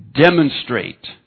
demonstrate